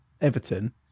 everton